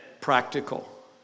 Practical